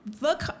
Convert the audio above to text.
Look